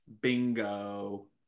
bingo